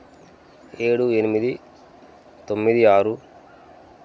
ఏడు ఎనిమిది తొమ్మిది ఆరు